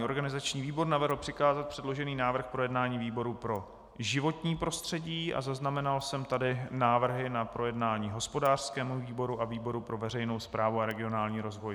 Organizační výbor navrhl přikázat předložený návrh k projednání výboru pro životní prostředí a zaznamenal jsem tady návrhy na projednání hospodářskému výboru a výboru pro veřejnou správu a regionální rozvoj.